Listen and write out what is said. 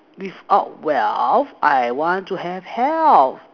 without wealth I want to have health